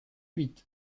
huit